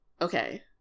okay